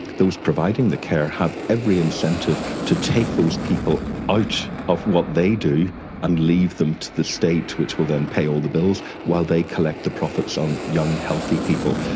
those providing the care have every incentive to take those people out of what they do and leave them to the state which will then pay all the bills while they collect the profits on young healthy people.